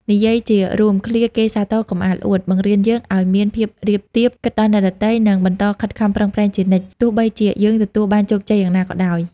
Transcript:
និយាយជារួម ឃ្លា "គេសាទរកុំអាលអួត" បង្រៀនយើងឱ្យមានភាពរាបទាប គិតដល់អ្នកដទៃ និងបន្តខិតខំប្រឹងប្រែងជានិច្ច ទោះបីជាយើងទទួលបានជោគជ័យយ៉ាងណាក៏ដោយ។